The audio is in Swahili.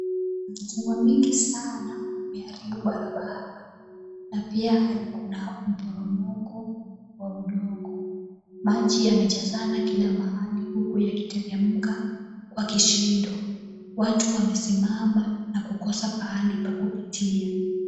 Mvua mingi sana imeharibu barabara. Na pia hadi kuna mporomoko wa udongo. Maji yamajazana kila mahali huku yakiteremka kwa kishindo. Watu wamesimama na kukosa pahali pa kupitia.